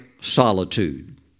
solitude